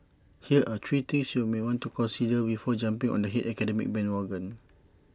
here are three things you may want to consider before jumping on the hate academic bandwagon